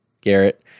Garrett